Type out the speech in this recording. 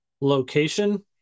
location